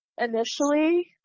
initially